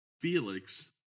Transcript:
Felix